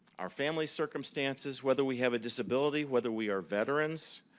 our family circumstances, whether we have a disability, whether we are veterans,